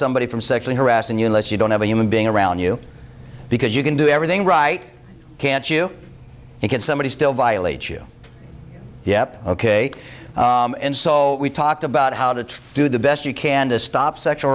somebody from sexually harassing you less you don't have a human being around you because you can do everything right can't you and get somebody still violate you yep ok and so we talked about how to do the best you can to stop sexual